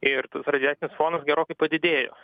ir tas radiacinis fonas gerokai padidėjo